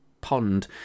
pond